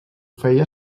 feia